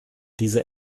diese